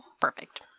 Perfect